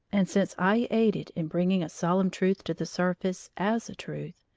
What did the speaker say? and since i aided in bringing a solemn truth to the surface as a truth,